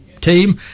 team